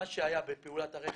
מה שהיה בפעולת הרכש,